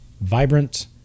vibrant